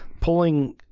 Pulling